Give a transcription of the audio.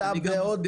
אתה תדבר